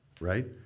right